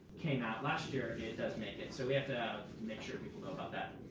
came out last year. it does make it. so we have to make sure people know about that.